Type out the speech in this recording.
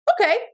okay